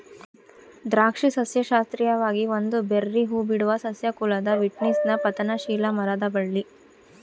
ದ್ರಾಕ್ಷಿ ಸಸ್ಯಶಾಸ್ತ್ರೀಯವಾಗಿ ಒಂದು ಬೆರ್ರೀ ಹೂಬಿಡುವ ಸಸ್ಯ ಕುಲದ ವಿಟಿಸ್ನ ಪತನಶೀಲ ಮರದ ಬಳ್ಳಿ